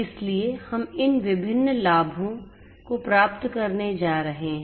इसलिए हम इन विभिन्न लाभों को प्राप्त करने जा रहे हैं